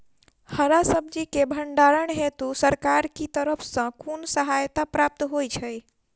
हरा सब्जी केँ भण्डारण हेतु सरकार की तरफ सँ कुन सहायता प्राप्त होइ छै?